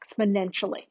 exponentially